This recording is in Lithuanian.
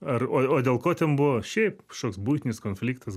ar o o dėl ko ten buvo šiaip kažkoks buitinis konfliktas